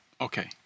Okay